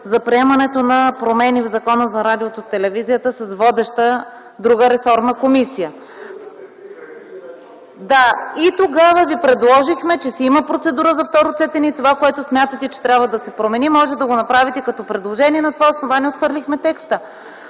за приемането на промени в Закона за радиото и телевизията с водеща друга ресорна комисия. Тогава Ви предложихме, че ще има процедура за второ четене и това, което смятате, че трябва да се промени, може да го направите като предложение. На това основание отхвърлихме текста.